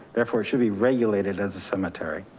therefore it should be regulated as a cemetery.